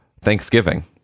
Thanksgiving